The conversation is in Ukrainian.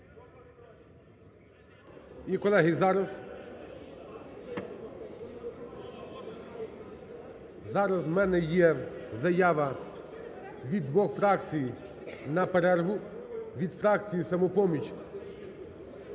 І, колеги, зараз… Зараз у мене є заява від двох фракцій на перерву: від фракції "Самопоміч"